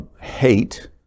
hate